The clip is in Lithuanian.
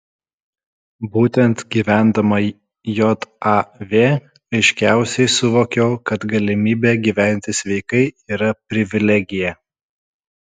būtent gyvendama jav aiškiausiai suvokiau kad galimybė gyventi sveikai yra privilegija